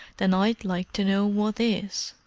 then i'd like to know what is!